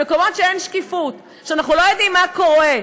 במקומות שאין שקיפות, שאנחנו לא יודעים מה קורה.